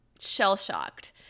shell-shocked